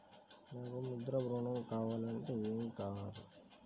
నాకు ముద్ర ఋణం కావాలంటే ఏమి కావాలి?